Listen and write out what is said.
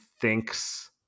thinks